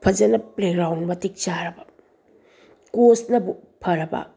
ꯐꯖꯅ ꯄ꯭ꯂꯦꯒꯔꯥꯎꯟ ꯃꯇꯤꯛ ꯆꯥꯔꯕ ꯀꯣꯁꯅꯕꯨ ꯐꯔꯕ